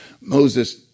Moses